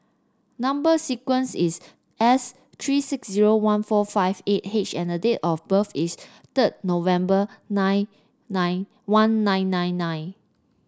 number sequence is S three six zero one four five eight H and date of birth is third November nine nine one nine nine nine